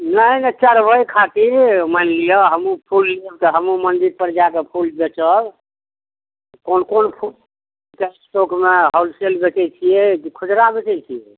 नहि नहि चढ़बय खातिर मानि लिअ हमहुँ फूल लेब तऽ हमहुँ मन्दिरपर जाकऽ फूल बेचब कोन कोन फूल स्टोकमे होलसेल बेचय छियै की खुदरा बेचय छियै